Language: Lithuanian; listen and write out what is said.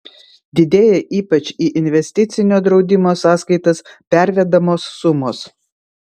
didėja ypač į investicinio draudimo sąskaitas pervedamos sumos